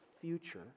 future